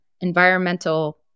environmental